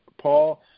Paul